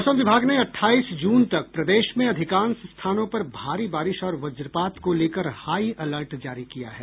मौसम विभाग ने अठाईस जून तक प्रदेश में अधिकांश स्थानों पर भारी बारिश और वज्रपात को लेकर हाई अलर्ट जारी किया है